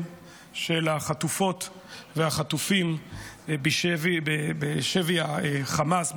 של החטופות והחטופים בשבי החמאס,